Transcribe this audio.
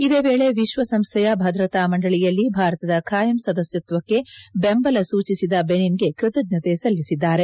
ಇದೇ ವೇಳೆ ವಿಶ್ವ ಸಂಸ್ದೆಯ ಭದ್ರತಾ ಮಂದಳಿಯಲ್ಲಿ ಭಾರತದ ಕಾಯಂ ಸದಸ್ಯತ್ವಕ್ಕೆ ಬೆಂಬಲ ಸೂಚಿಸಿದ ಬೆನಿನ್ ಗೆ ಕೃತಜ್ಞತೆ ಸಲ್ಲಿಸಿದ್ದಾರೆ